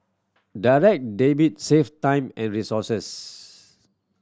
Direct Debit save time and resources